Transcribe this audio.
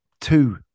two